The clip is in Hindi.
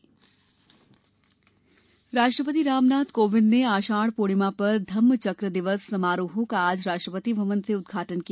गुरू पूर्णिमा राष्ट्रपति राम नाथ कोविंद ने आषाढ़ पूर्णिमा पर धम्म चक्र दिवस समारोहों का आज राष्ट्रपति भवन से उद्घाटन किया